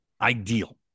Ideal